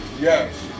Yes